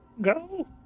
Go